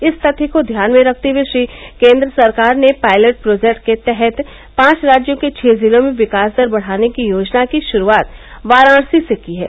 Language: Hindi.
इस तथ्य को ध्यान में रखते हये ही केन्द्र सरकार ने पायलट प्रोजेक्ट के तहत पांच राज्यों के छः जिलों में विकास दर बढ़ाने की योजना की शुरूआत वाराणसी से की है